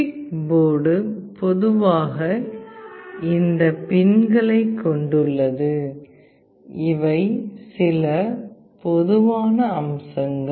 PIC board பொதுவாக இந்த பின்களைக் கொண்டுள்ளது இவை சில பொதுவான அம்சங்கள்